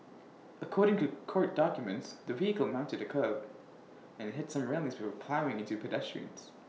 according to court documents the vehicle mounted A kerb and hit some railings will ploughing into pedestrians